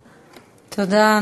תודה.